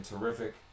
terrific